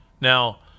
Now